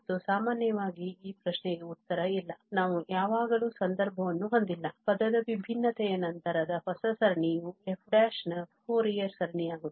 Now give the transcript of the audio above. ಮತ್ತು ಸಾಮಾನ್ಯವಾಗಿ ಈ ಪ್ರಶ್ನೆಗೆ ಉತ್ತರ ಇಲ್ಲ ನಾವು ಯಾವಾಗಲೂ ಸಂದರ್ಭವನ್ನು ಹೊಂದಿಲ್ಲ ಪದದ ವಿಭಿನ್ನತೆಯ ನಂತರದ ಹೊಸ ಸರಣಿಯು f ನ ಫೋರಿಯರ್ ಸರಣಿಯಾಗುತ್ತದೆ